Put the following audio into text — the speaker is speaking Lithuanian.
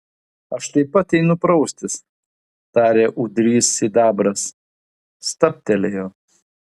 aš taip pat einu praustis tarė ūdrys sidabras stabtelėjo